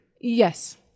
Yes